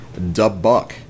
Dubbuck